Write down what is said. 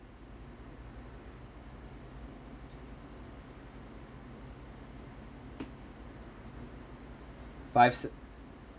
five se~